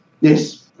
Yes